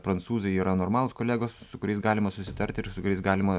prancūzai yra normalūs kolegos su kuriais galima susitarti ir su kuriais galima